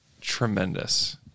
tremendous